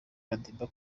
madiba